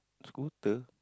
scooter